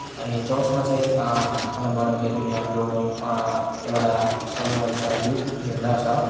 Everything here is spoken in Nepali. अनि चर्चमा चाहिँ खाना बनाउँदाखेरि हाम्रो एउटा समूह छ युथ झुन्ड छ